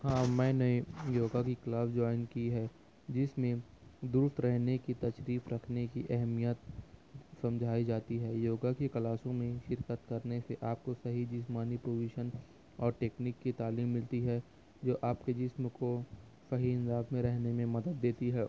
ہاں میں نے یوگا کی کلاس جوائن کی ہے جس میں درست رہنے کی تشریف رکھنے کی اہمیت سمجھائی جاتی ہے یوگا کی کلاسوں میں شرکت کرنے سے آپ کو صحیح جسمانی پوزیشن اور ٹیکنک کی تعلیم ملتی ہے جو آپ کے جسم کو صحیح انداز میں رہنے میں مدد دیتی ہے